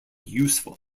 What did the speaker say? useful